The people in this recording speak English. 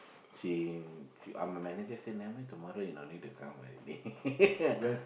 she uh my manager said tomorrow you don't need to come already